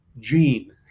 gene